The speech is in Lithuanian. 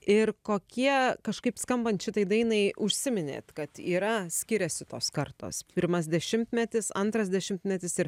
ir kokie kažkaip skambant šitai dainai užsiminėt kad yra skiriasi tos kartos pirmas dešimtmetis antras dešimtmetis ir